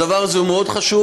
הדבר הזה מאוד חשוב.